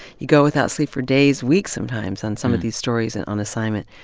you go without sleep for days, weeks sometimes, on some of these stories and on assignment.